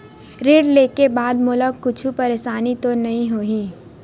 ऋण लेके बाद मोला कुछु परेशानी तो नहीं होही?